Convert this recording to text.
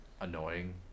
annoying